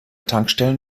tankstellen